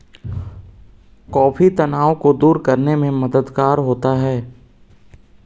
coffee तनाव को दूर करने में मददगार होता है